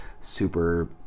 super